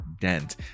Dent